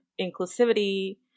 inclusivity